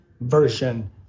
version